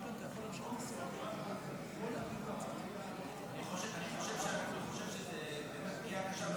--- אני חושב שזאת הייתה פגיעה קשה.